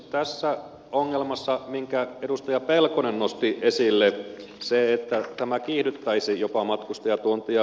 tämä ongelma minkä edustaja pelkonen nosti esille eli se että tämä kiihdyttäisi jopa matkustajatuontia